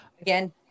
again